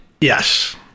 Yes